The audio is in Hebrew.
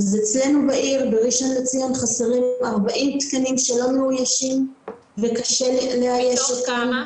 אצלנו בעיר חסרים 40 תקנים שלא מאוישים וקשה לאייש אותם.